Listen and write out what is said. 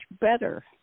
better